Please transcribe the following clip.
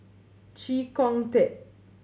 Chee Kong Tet